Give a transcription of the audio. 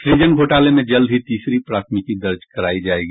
सूजन घोटाले में जल्द ही तीसरी प्राथमिकी दर्ज करायी जायेगी